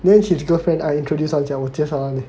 then his girlfriend I introduced [one] 讲我介绍 [one] leh